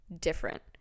different